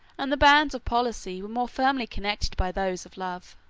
and the bands of policy were more firmly connected by those of love.